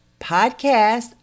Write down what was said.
podcast